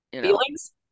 feelings